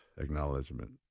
acknowledgement